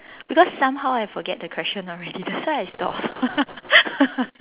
because somehow I forget the question already that's why I stopped